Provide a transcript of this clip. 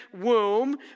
womb